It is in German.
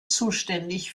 zuständig